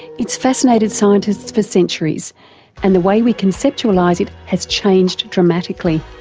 it's fascinated scientists for centuries and the way we conceptualise it has changed dramatically,